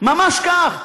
ממש כך.